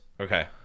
Okay